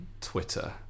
Twitter